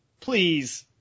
please